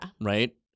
Right